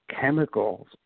Chemicals